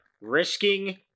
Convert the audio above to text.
risking